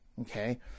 Okay